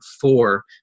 four